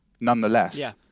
Nonetheless